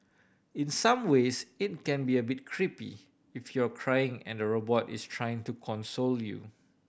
in some ways it can be a bit creepy if you're crying and robot is trying to console you